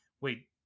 wait